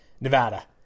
Nevada